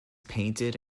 painted